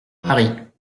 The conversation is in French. paris